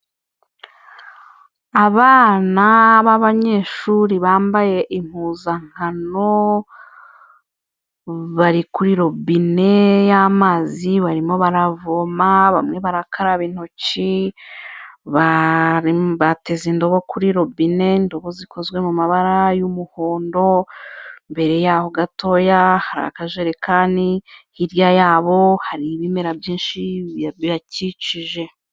Abana b'abanyeshuri bambaye impuzankano, bari kuri robine y'amazi, barimo baravoma, bamwe barakaraba intoki, bateze indobo kuri robine, indobo zikozwe mu mabara y'umuhondo, imbere yaho gatoya hari akajerekani, hirya yabo hari ibimera byinshi bibakikije.